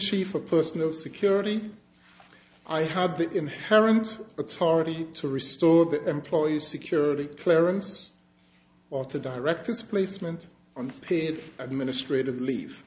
chief for personal security i had the inherent authority to restore that employee's security clearance or to direct his placement on paid administrative leave